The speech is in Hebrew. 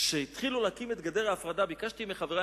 כשהתחילו להקים את גדר ההפרדה ביקשתי מחברי,